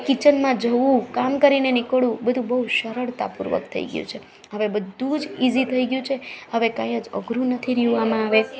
આ કિચનમાં જવું કામ કરીને નીકળવું બધુ બોવ સરળતા પૂર્વક થઈ ગયું છે હવે બધુ જ ઈજી થઈ ગયું છે હવે કાઇ જ અઘરું નથી રહ્યું આમાં હવે